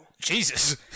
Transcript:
Jesus